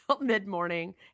mid-morning